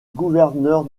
gouverneur